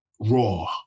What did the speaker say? Raw